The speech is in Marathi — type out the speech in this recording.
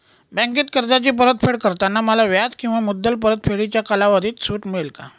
बँकेत कर्जाची परतफेड करताना मला व्याज किंवा मुद्दल परतफेडीच्या कालावधीत सूट मिळेल का?